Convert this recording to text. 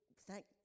thank